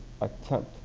attempt